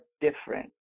different